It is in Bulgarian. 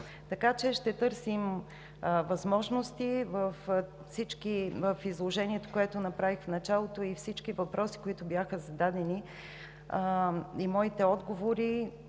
„Шипка“. Ще търсим възможности. В изложението, което направих в началото, и всички въпроси, които бяха зададени, и в моите отговори,